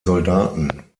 soldaten